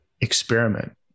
experiment